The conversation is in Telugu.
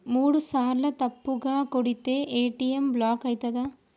మూడుసార్ల తప్పుగా కొడితే ఏ.టి.ఎమ్ బ్లాక్ ఐతదా?